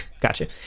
gotcha